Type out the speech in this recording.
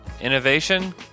innovation